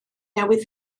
newydd